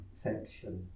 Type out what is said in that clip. section